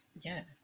Yes